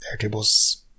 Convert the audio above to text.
Airtable's